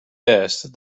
best